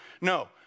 No